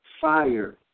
fire